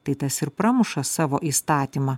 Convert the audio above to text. tai tas ir pramuša savo įstatymą